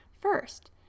First